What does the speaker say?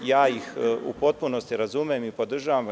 Ja ih u potpunosti razumem i podržavam.